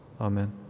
Amen